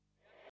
Дякую.